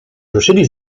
ruszyli